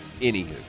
anywho